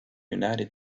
united